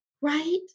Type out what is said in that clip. right